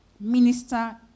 minister